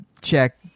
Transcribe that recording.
check